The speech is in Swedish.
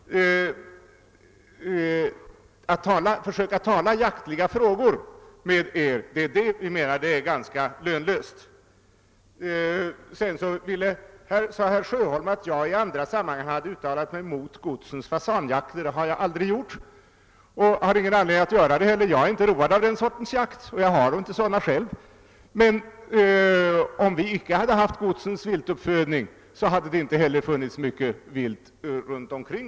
Att försöka diskutera jaktliga frågor med er är ganska meningslöst, menar jag. Herr Sjöholm sade att jag i andra sammanhang hade uttalat mig mot godsens fasanjakter. Det har jag aldrig gjort och har heller ingen anledning att göra det — jag är inte road av den sortens jakt och har inte sådan själv. Men om vi icke hade haft godsens viltuppfödning, hade det heller inte funnits mycket vilt runt godsen.